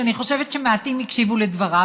שאני חושבת שמעטים הקשיבו לדבריו,